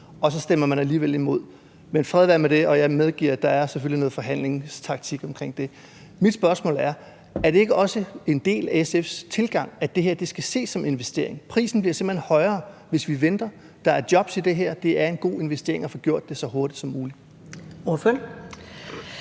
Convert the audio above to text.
og så stemmer man alligevel imod. Men fred være med det, og jeg medgiver, at der selvfølgelig er noget forhandlingstaktik omkring det. Mit spørgsmål er: Er det ikke også en del af SF's tilgang, at det her skal ses som en investering? Prisen bliver simpelt hen højere, hvis vi venter. Der er jobs i det her. Det er en god investering at få gjort det så hurtigt som muligt.